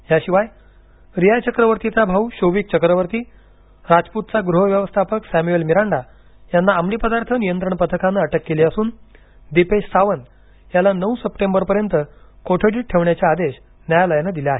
याशिवाय रिया चक्रवर्तीचा भाऊ शोविक चक्रवर्ती राजपूतचा गृह व्यवस्थापक सॅम्युअल मिरांडा यांना अंमलीपदार्थ नियंत्रण पथकानं अटक केली असून दिपेश सावंत याला नऊ सप्टेंबरपर्यंत कोठडीत ठेवण्याचे आदेश न्यायालयानं दिले आहेत